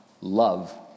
love